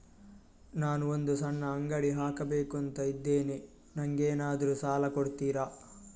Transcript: ನಾನು ಒಂದು ಸಣ್ಣ ಅಂಗಡಿ ಹಾಕಬೇಕುಂತ ಇದ್ದೇನೆ ನಂಗೇನಾದ್ರು ಸಾಲ ಕೊಡ್ತೀರಾ?